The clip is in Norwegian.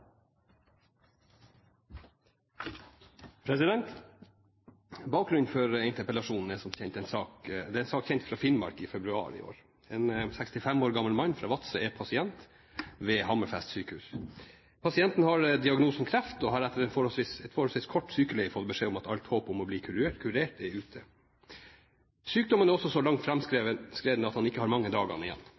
5. Bakgrunnen for denne interpellasjonen er en sak kjent fra Finnmark i februar i år. En 65 år gammel mann fra Vadsø er pasient ved Hammerfest sykehus. Pasienten har diagnosen kreft, og har etter et forholdsvis kort sykeleie fått beskjed om at alt håp om å bli kurert er ute. Sykdommen er også så langt fremskreden at han ikke har mange dagene igjen.